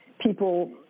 people